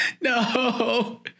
No